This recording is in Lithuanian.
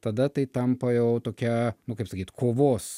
tada tai tampa jau tokia nu kaip sakyt kovos